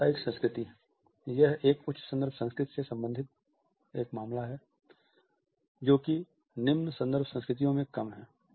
व्यावसायिक संस्कृति यह एक उच्च संदर्भ संस्कृति से संबंधित एक मामला है जो कि निम्न संदर्भ संस्कृतियों में कम है